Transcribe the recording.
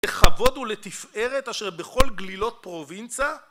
לכבוד ולתפארת אשר בכל גלילות פרובינצה